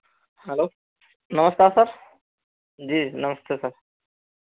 hello नमस्कार sir ji नमस्ते sir